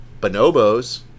bonobos